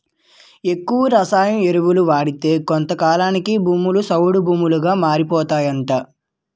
ఎక్కువ రసాయన ఎరువులను వాడితే కొంతకాలానికి భూములు సౌడు భూములుగా మారిపోతాయట